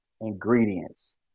ingredients